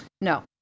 No